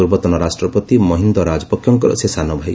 ପୂର୍ବତନ ରାଷ୍ଟ୍ରପତି ମହିନ୍ଦ ରାଜପକ୍ଷଙ୍କର ସେ ସାନଭାଇ